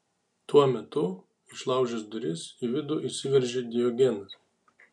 tuo metu išlaužęs duris į vidų įsiveržė diogenas